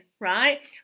right